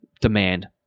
demand